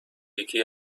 یکی